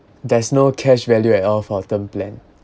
there's no cash value at all for term plan